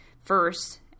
first